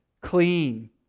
clean